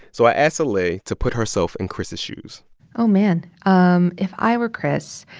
so i asked soleil to put herself in chris' shoes oh, man. um if i were chris